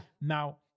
Now